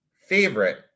favorite